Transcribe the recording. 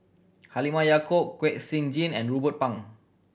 Halimah Yacob Kwek Siew Jin and Ruben Pang